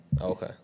Okay